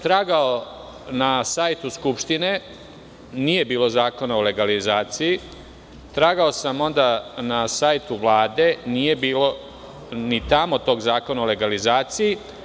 Tragao sam na sajtu Skupštine, nije bilo zakona o legalizaciji, tragao sam onda na sajtu Vlade, nije bilo ni tamo tog zakona o legalizaciji.